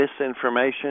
misinformation